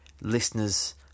listeners